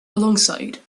alongside